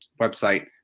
website